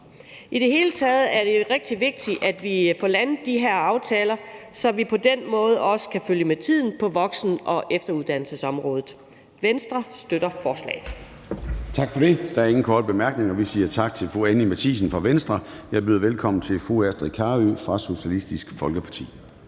I det hele taget er det jo rigtig vigtigt, at vi får landet de her aftaler, så vi på den måde også kan følge med tiden på voksen- og efteruddannelsesområdet. Venstre støtter forslaget.